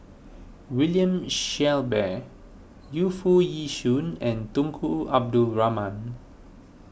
William Shellabear Yu Foo Yee Shoon and Tunku Abdul Rahman